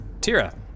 Tira